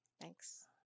Thanks